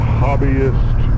hobbyist